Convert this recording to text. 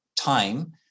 time